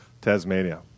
Tasmania